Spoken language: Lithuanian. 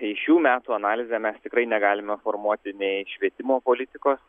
į šių metų analizę mes tikrai negalime formuoti nei švietimo politikos